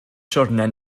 siwrne